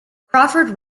crawford